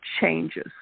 changes